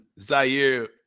Zaire